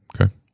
okay